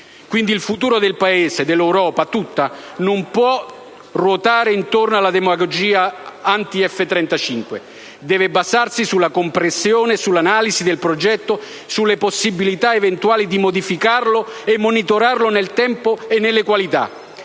Quindi, il futuro del Paese e dell'Europa tutta non può ruotare intorno alla demagogia anti F-35; deve basarsi sulla comprensione, sull'analisi del progetto e sulle possibilità eventuali di modificarlo e monitorarlo nel tempo e nella qualità.